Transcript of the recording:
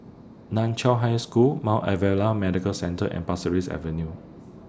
NAN Chiau High School Mount Alvernia Medical Centre and Pasir Ris Avenue